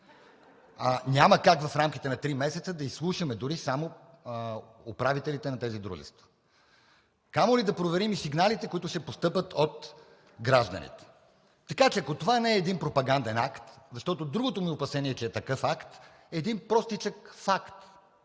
Няма как в рамките на три месеца да изслушаме дори само управителите на тези дружества, камо ли да проверим сигналите, които ще постъпят от гражданите. Така че, ако това не е един пропаганден акт, защото другото ми опасение е, че е такъв акт, един простичък факт